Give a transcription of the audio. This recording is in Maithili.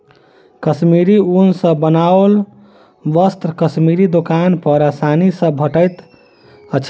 कश्मीरी ऊन सॅ बनाओल वस्त्र कश्मीरी दोकान पर आसानी सॅ भेटैत अछि